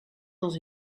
dans